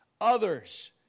others